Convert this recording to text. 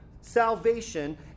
salvation